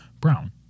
brown